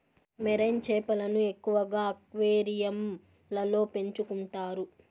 marine చేపలను ఎక్కువగా అక్వేరియంలలో పెంచుకుంటారు